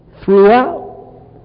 Throughout